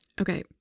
Okay